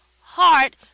heart